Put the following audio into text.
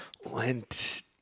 went